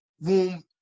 womb